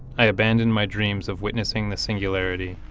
i abandoned my dreams of witnessing the singularity.